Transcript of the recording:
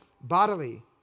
bodily